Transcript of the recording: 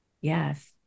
Yes